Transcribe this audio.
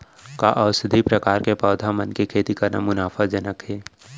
का औषधीय प्रकार के पौधा मन के खेती करना मुनाफाजनक हे?